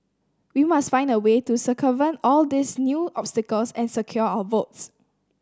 we must find a way to circumvent all these new obstacles and secure our votes